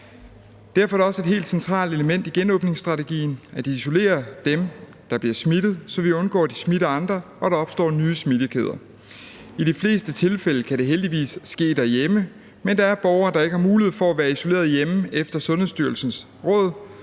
Derfor er det også et helt centralt element i genåbningsstrategien at isolere dem, der bliver smittet, så vi undgår, at de smitter andre, og at der opstår nye smittekæder. I de fleste tilfælde kan det heldigvis ske derhjemme, men der er borgere, der ikke har mulighed for at være isoleret hjemme efter Sundhedsstyrelsens råd;